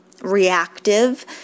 reactive